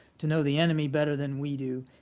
to know the enemy better than we do,